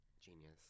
Genius